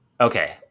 Okay